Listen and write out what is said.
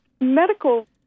Medical